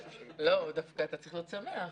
לא, אתה דווקא צריך להיות שמח.